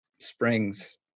springs